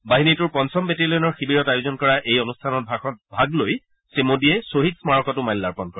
বাহিনীটোৰ পঞ্চম বেটেলিয়নৰ শিবিৰত আয়োজন কৰা এই অনুষ্ঠানত ভাগ লৈ শ্ৰীমোদীয়ে ছহিদ স্মাৰকতো মাল্যাৰ্পন কৰে